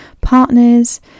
partners